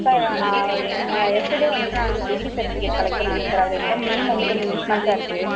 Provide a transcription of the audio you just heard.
sir நான் yesterday வந்துவிட்டு நான் டிகிரி செர்டிஃபிகேட் கலெக்ட் பண்ணியிருந்தேன் சார் அதில் என்னோட நேம் வந்து கொஞ்சம் மிஸ்மேட்ச்சாக இருக்குது